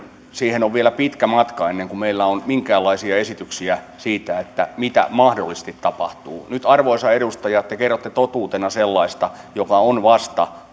on vielä pitkä matka ennen kuin meillä on minkäänlaisia esityksiä siitä mitä mahdollisesti tapahtuu nyt arvoisa edustaja te kerrotte totuutena sellaista joka on vasta